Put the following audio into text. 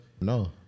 No